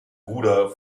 bruder